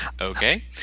Okay